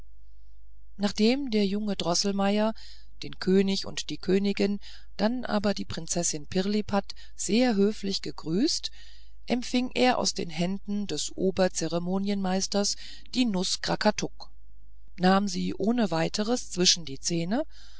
nachdem der junge droßelmeier den könig und die königin dann aber die prinzessin pirlipat sehr höflich gegrüßt empfing er aus den händen des oberzeremonienmeisters die nuß krakatuk nahm sie ohne weiteres zwischen die zähne